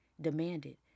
demanded